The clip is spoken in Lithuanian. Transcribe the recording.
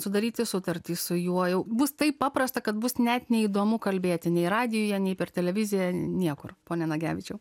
sudaryti sutartį su juo jau bus taip paprasta kad bus net neįdomu kalbėti nei radijuje nei per televiziją niekur pone nagevičiau